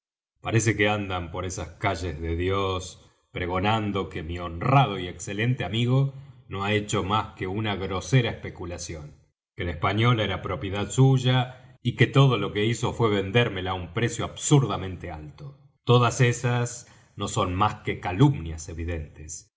parece que andan por esas calles de dios pregonando que mi honrado y excelente amigo no ha hecho más que una grosera especulación que la española era propiedad suya y que todo lo que hizo fué vendérmela á un precio absurdamente alto todas esas no son más que calumnias evidentes